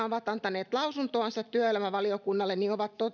ovat antaneet lausuntonsa työelämävaliokunnalle ovat